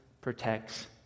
protects